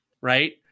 Right